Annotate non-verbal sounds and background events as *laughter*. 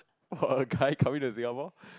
*laughs* for a guy coming to Singapore